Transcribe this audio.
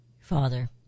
Father